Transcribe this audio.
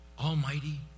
almighty